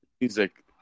music